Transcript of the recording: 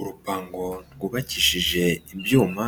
Urupango rwubakishije ibyuma,